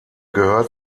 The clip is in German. gehört